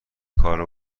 کارو